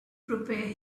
prepare